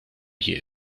you